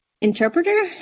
interpreter